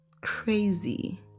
crazy